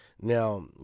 now